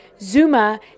Zuma